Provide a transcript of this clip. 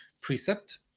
precept